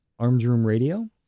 armsroomradio